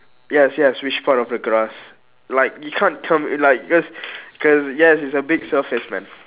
yes yes which part of the grass like you can't tell me like just yes yes it's a big surface man